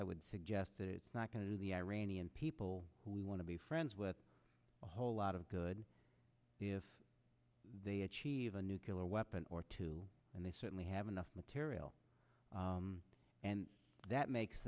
i would suggest that it's not going to the iranian people who we want to be friends with a whole lot of good if they achieve a nuclear weapon or two and they certainly have enough material and that makes